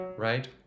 right